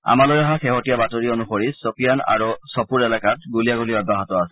আমালৈ অহা শেহতীয়া বাতৰি অনুসৰি ছোফিয়ান আৰু ছপুৰ এলেকাত গুলীয়াগুলী অব্যাহত আছে